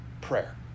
prayer